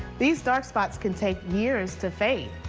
these dark spots can take years to fade.